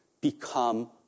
become